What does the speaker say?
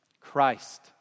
Christ